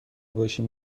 باشیم